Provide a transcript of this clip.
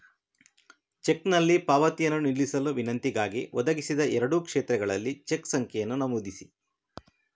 ಚೆಕ್ನಲ್ಲಿ ಪಾವತಿಯನ್ನು ನಿಲ್ಲಿಸಲು ವಿನಂತಿಗಾಗಿ, ಒದಗಿಸಿದ ಎರಡೂ ಕ್ಷೇತ್ರಗಳಲ್ಲಿ ಚೆಕ್ ಸಂಖ್ಯೆಯನ್ನು ನಮೂದಿಸಿ